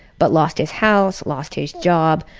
but lost his house, lost his job,